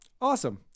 Awesome